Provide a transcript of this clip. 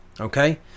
Okay